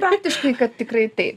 praktiškai kad tikrai taip